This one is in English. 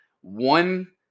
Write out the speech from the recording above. one